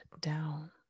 down